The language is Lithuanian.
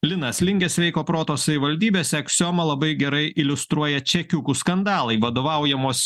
linas lingės sveiko proto savivaldybėse aksiomą labai gerai iliustruoja čekiukų skandalai vadovaujamos